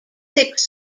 six